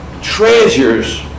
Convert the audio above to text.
Treasures